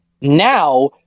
Now